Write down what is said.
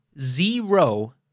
zero